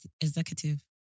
executive